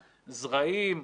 זרעים,